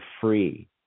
free